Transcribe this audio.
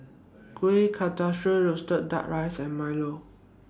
Kueh Kasturi Roasted Duck Rice and Milo